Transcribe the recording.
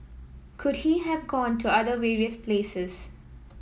could he have gone to other various places